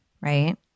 right